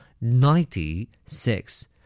ninety-six